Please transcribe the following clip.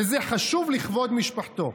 וזה חשוב לכבוד משפחתו".